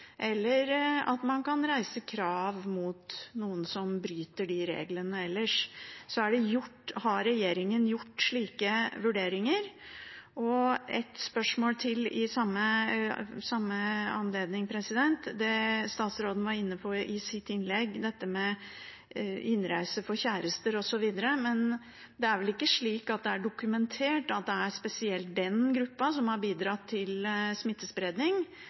eller at man kan reise krav mot noen som bryter reglene. Har regjeringen gjort slike vurderinger? Et spørsmål til i samme anledning: Det statsråden var inne på i sitt innlegg, dette med innreise for kjærester, osv.: Det er vel ikke dokumentert at det er spesielt den gruppa som har bidratt til smittespredning?